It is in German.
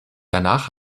danach